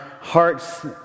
hearts